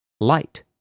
light